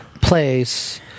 place